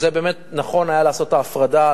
באמת נכון היה לעשות את ההפרדה.